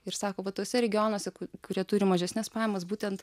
ir sako va tuose regionuose kurie turi mažesnes pajamas būtent